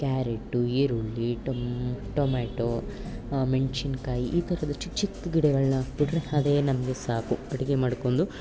carrot ಈರುಳ್ಳಿ ಟೊಮ್ tomato ಮೆಣಸಿನ್ಕಾಯಿ ಈ ಥರದ ಚಿಕ್ಕ ಚಿಕ್ಕ ಗಿಡಗಳನ್ನು ಹಾಕ್ಬಿಟ್ರೆ ಅದೇ ನಮಗೆ ಸಾಕು ಅಡುಗೆ ಮಾಡ್ಕೊಂಡು